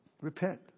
Repent